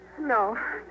No